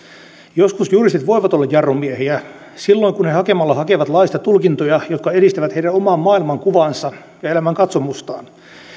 joskus juristit voivat olla jarrumiehiä silloin kun he hakemalla hakevat laista tulkintoja jotka edistävät heidän omaa maailmankuvaansa ja elämänkatsomustaan